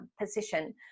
position